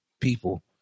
people